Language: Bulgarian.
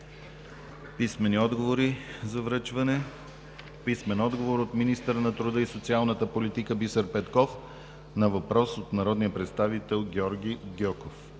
Писмени отговори за връчване от: - министъра на труда и социалната политика Бисер Петков на въпрос от народния представител Георги Гьоков;